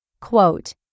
Quote